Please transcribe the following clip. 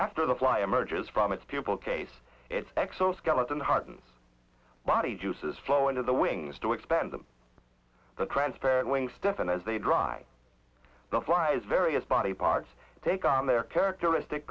after the fly emerges from its pupil case its exoskeleton hardens body juices flowing to the wings to expand them the transparent wings death and as they dry the flies various body parts take on their characteristic